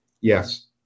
Yes